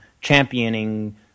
championing